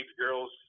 girls